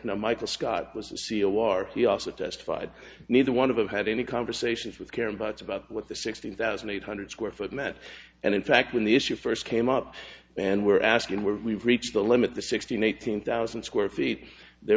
now michael scott was a c e o our he also testified neither one of them had any conversations with karen butts about what the sixteen thousand eight hundred square foot met and in fact when the issue first came up and were asking where we've reached the limit the sixteen eighteen thousand square feet there